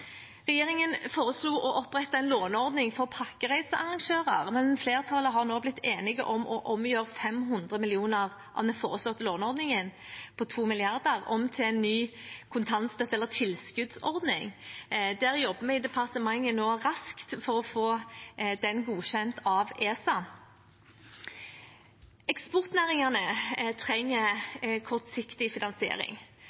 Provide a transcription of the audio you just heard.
Regjeringen foreslo å opprette en låneordning for pakkereiserarrangører, men flertallet har nå blitt enige om å omgjøre 500 mill. kr av den foreslåtte låneordningen på 2 mrd. kr til en ny kontantstøtte- eller tilskuddsordning. Der jobber vi i departementet nå raskt for å få den godkjent av ESA. Eksportnæringene